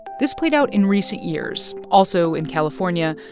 this played out in recent years, also in california,